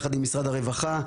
יחד עם משרד הרווחה,